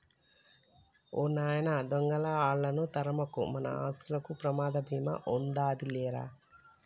ఓ నాయన దొంగలా ఆళ్ళను తరమకు, మన ఆస్తులకు ప్రమాద భీమా ఉందాది లేరా